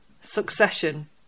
Succession